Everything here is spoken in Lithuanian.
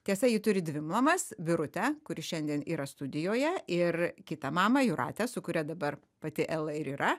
tiesa ji turi dvi mamas birutę kuri šiandien yra studijoje ir kitą mamą jūratę su kuria dabar pati ela ir yra